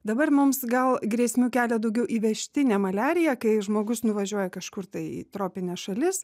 dabar mums gal grėsmių kelia daugiau įvežtinė maliarija kai žmogus nuvažiuoja kažkur tai į tropines šalis